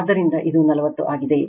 ಆದ್ದರಿಂದ ಇದು 40 ಆಗಿದೆ